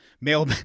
mail